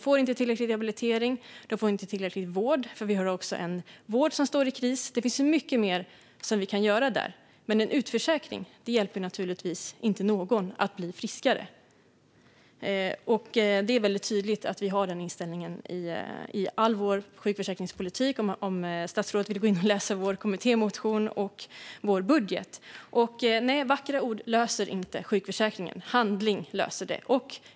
De får inte tillräcklig rehabilitering, och de får inte tillräcklig vård, då vi också har en vård i kris. Det finns mycket mer vi kan göra, men utförsäkring hjälper naturligtvis inte någon att bli friskare. Det är tydligt att vi har den inställningen i all vår sjukförsäkringspolitik, vilket statsrådet kan läsa i vår kommittémotion och vår budget. Nej, vackra ord löser inte sjukförsäkringen. Handling löser den.